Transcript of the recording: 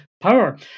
power